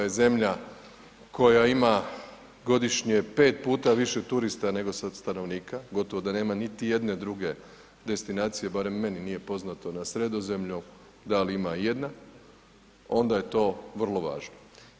RH je zemlja koja ima godišnje 5 puta više turista nego sad stanovnika, gotovo da nema niti jedne druge destinacije, barem meni nije poznato na Sredozemlju da li ima ijedna, onda je to vrlo važno.